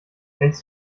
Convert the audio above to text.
hältst